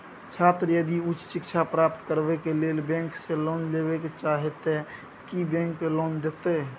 छात्र यदि उच्च शिक्षा प्राप्त करबैक लेल बैंक से लोन लेबे चाहे ते की बैंक लोन देतै?